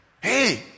hey